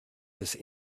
this